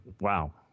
wow